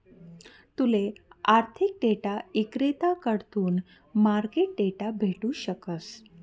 तूले आर्थिक डेटा इक्रेताकडथून मार्केट डेटा भेटू शकस